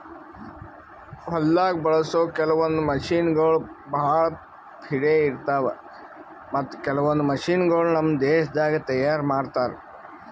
ಹೊಲ್ದಾಗ ಬಳಸೋ ಕೆಲವೊಂದ್ ಮಷಿನಗೋಳ್ ಭಾಳ್ ಪಿರೆ ಇರ್ತಾವ ಮತ್ತ್ ಕೆಲವೊಂದ್ ಮಷಿನಗೋಳ್ ನಮ್ ದೇಶದಾಗೆ ತಯಾರ್ ಮಾಡ್ತಾರಾ